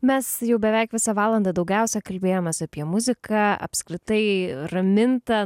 mes jau beveik visą valandą daugiausiai kalbėjomės apie muziką apskritai raminta